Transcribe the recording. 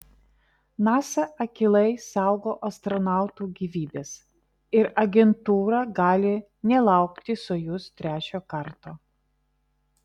nasa akylai saugo astronautų gyvybes ir agentūra gali nelaukti sojuz trečio karto